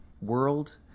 world